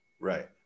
Right